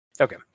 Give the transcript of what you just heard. Okay